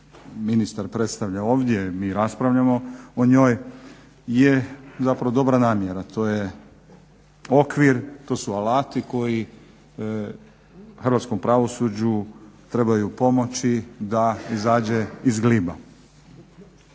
ministar predstavlja ovdje, mi raspravljamo o njoj je zapravo dobra namjera. To je okvir, to su alati koji hrvatskom pravosuđu trebaju pomoći da izađe iz gliba.